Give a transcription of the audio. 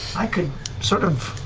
i could sort of